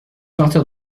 partir